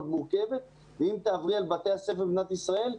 מורכבת ואם תעברי על בתי הספר במדינת ישראל,